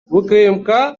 укмк